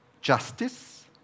justice